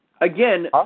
Again